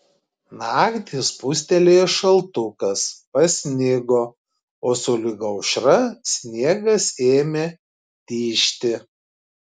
naktį spustelėjo šaltukas pasnigo o sulig aušra sniegas ėmė tižti